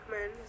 men